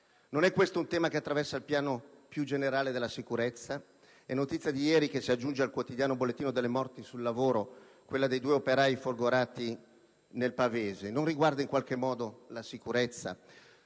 Non è questo un tema che attraversa il piano più generale della sicurezza? È notizia di ieri, che si aggiunge al quotidiano bollettino delle morti sul lavoro, quella dei due operai folgorati nel Pavese. Non riguarda in qualche modo la sicurezza?